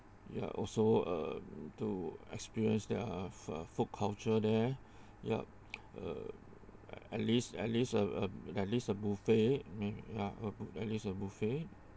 ya also uh to experience their uh food culture there yup uh at least at least uh at least a buffet may ya or at least a buffet